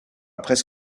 presse